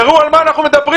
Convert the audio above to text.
תראו על מה אנחנו מדברים.